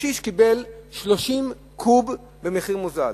קשיש קיבל 30 קוב במחיר מוזל.